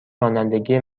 رانندگی